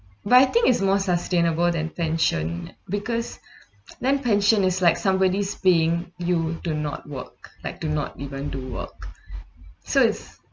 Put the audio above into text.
but I think it's more sustainable than pension because then pension is like somebody's paying you do not work like do not even do work so it's